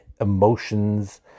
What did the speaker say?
emotions